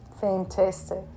Fantastic